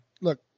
Look